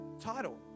title